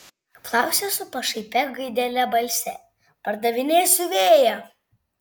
klausia su pašaipia gaidele balse pardavinėsiu vėją